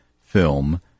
film